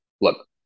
Look